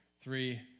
three